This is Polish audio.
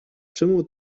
czemu